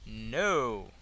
No